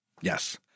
Yes